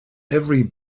every